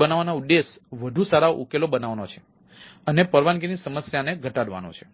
બનાવવાના ઉદ્દેશ વધુ સારા ઉકેલો બનાવવાનો છે અને પરવાનગીની સમસ્યાને ઘટાડવાનો છે